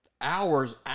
Hours